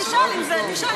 תשאל אם זה,